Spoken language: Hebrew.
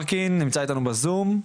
ברקין, נמצא איתנו בזום.